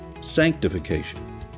sanctification